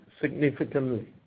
significantly